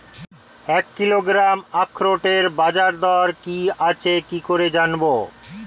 এক কিলোগ্রাম আখরোটের বাজারদর কি আছে কি করে জানবো?